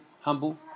Humble